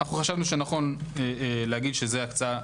חשבנו שנכון לומר שזה הקצאה,